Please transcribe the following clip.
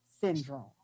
syndrome